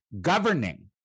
governing